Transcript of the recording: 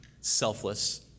selfless